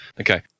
Okay